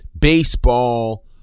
baseball